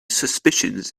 suspicions